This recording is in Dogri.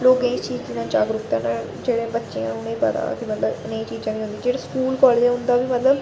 लोकें गी इस चीज दी ना जागरुकता ऐ जेह्ड़े बच्चे उनें गी पता नी मतलब नेही चीज़ां बी होंदियां न जेह्ड़े स्कूल कालेज उंदा बी मतलब